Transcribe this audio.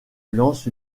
lance